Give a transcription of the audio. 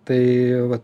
tai va